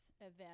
event